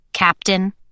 captain